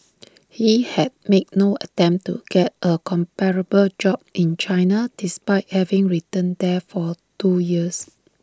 he had made no attempt to get A comparable job in China despite having returned there for two years